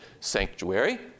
sanctuary